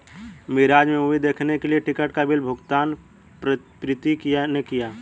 मिराज में मूवी देखने के लिए टिकट का बिल भुगतान प्रीति ने किया